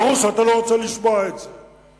ברור שאתה לא רוצה לשמוע את זה.